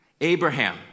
Abraham